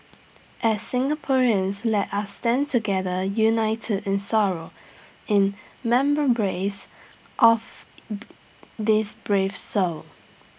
as Singaporeans let us stand together united in sorrow in of these brave souls